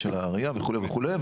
של הרעייה וכולי וכולי.